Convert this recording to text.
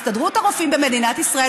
הסתדרות הרופאים במדינת ישראל,